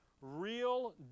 real